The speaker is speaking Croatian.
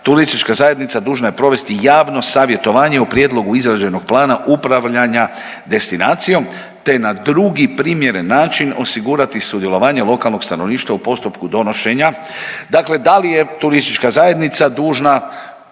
turistička zajednica dužna je provesti javno savjetovanje u prijedlogu izrađenog plana upravljanja destinacijom, te na drugi primjeren način osigurati sudjelovanje lokalnog stanovništva u postupku donošenja. Dakle, da li je turistička zajednica dužna